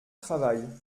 travail